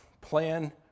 plan